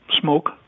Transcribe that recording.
smoke